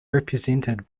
represented